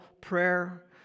prayer